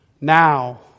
Now